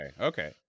Okay